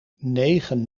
negen